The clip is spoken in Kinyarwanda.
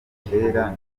dutera